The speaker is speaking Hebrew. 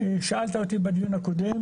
שאלתי אותי בדיון הקודם,